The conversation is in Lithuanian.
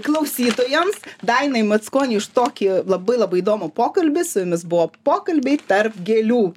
klausytojams dainai mackoniui už tokį labai labai įdomų pokalbį su jumis buvo pokalbiai tarp gėlių